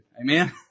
Amen